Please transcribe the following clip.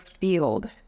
field